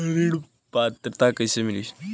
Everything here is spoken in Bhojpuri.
ऋण पात्रता कइसे मिली?